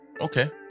Okay